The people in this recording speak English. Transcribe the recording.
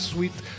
Sweet